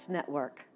Network